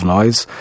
Noise